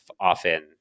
often